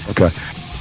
Okay